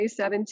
2017